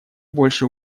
больше